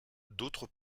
d’autre